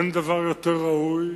אין דבר יותר ראוי